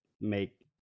make